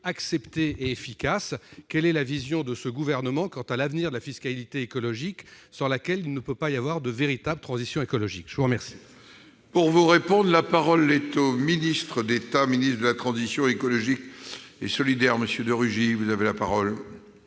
acceptée et efficace, quelle est la vision du Gouvernement sur l'avenir de la fiscalité écologique, sans laquelle il ne peut y avoir de véritable transition écologique ? La parole